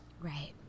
Right